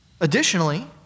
Additionally